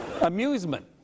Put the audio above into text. Amusement